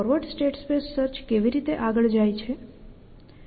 forward state space search કેવી રીતે આગળ જાય છે